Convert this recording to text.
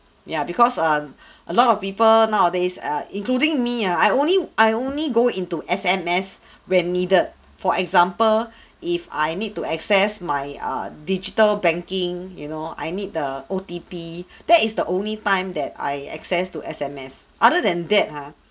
ya because uh a lot of people nowadays err including me ah I only I only go into S_M_S when needed for example if I need to access my err digital banking you know I need the O_T_P that is the only time that I access to S_M_S other than that ha